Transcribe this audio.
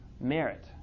merit